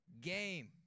game